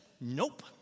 Nope